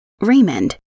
Raymond